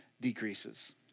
decreases